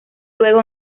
luego